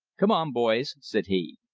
come on, boys, said he.